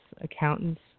accountants